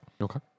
Okay